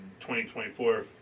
2024